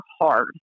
hard